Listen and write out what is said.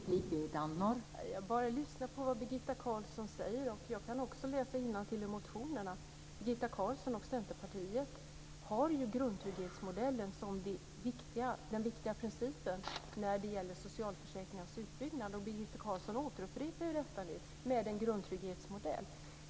Fru talman! Jag bara lyssnar på vad Birgitta Carlsson säger, och jag kan också läsa innantill i motionerna. Birgitta Carlsson och Centerpartiet har ju grundtrygghetsmodellen som den viktiga principen när det gäller socialförsäkringarnas utbyggnad. Och Birgitta Carlsson upprepar nu detta med en grundtrygghetsmodell.